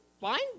fine